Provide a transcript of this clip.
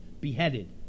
beheaded